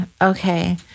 Okay